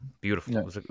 Beautiful